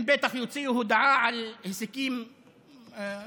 הם בטח יוציאו הודעה על הישגים מרקיעי